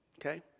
Okay